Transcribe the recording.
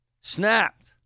snapped